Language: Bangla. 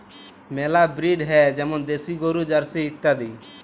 মেলা ব্রিড হ্যয় যেমল দেশি গরু, জার্সি ইত্যাদি